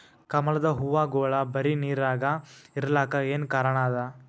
ಕಮಲದ ಹೂವಾಗೋಳ ಬರೀ ನೀರಾಗ ಇರಲಾಕ ಏನ ಕಾರಣ ಅದಾ?